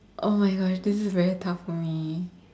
oh my Gosh this is very tough for me